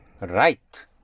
Right